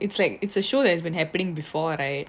it's like it's a show that has been happening before right